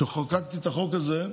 כשחוקקתי את החוק הזה,